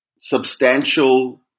substantial